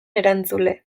erantzule